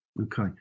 okay